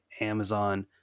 Amazon